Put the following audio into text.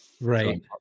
Right